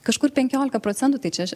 kažkur penkiolika procentų tai čia